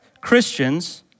Christians